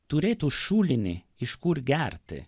turėtų šulinį iš kur gerti